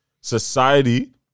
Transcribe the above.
society